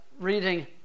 reading